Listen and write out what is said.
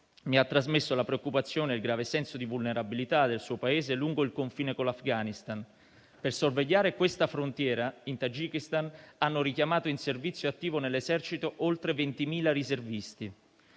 mi ha trasmesso la preoccupazione e il grave senso di vulnerabilità del suo Paese lungo il confine con l'Afghanistan. Per sorvegliare questa frontiera il Tagikistan ha richiamato in servizio attivo nell'esercito oltre 20.000 riservisti.